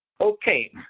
Okay